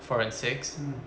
forensics